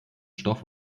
stoff